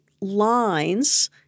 lines